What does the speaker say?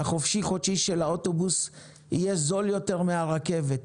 החופשי-חודשי של האוטובוס יהיה זול יותר מהרכבת.